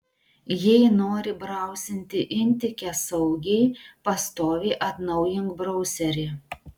jei nori brausinti intike saugiai pastoviai atnaujink brauserį